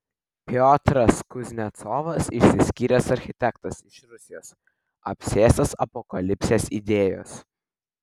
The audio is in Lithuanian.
piotras kuznecovas išsiskyręs architektas iš rusijos apsėstas apokalipsės idėjos